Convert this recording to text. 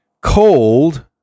cold